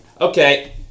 Okay